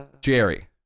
Jerry